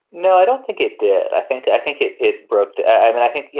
no, i don't think it did. i think i think it it broke. i mean, i think, you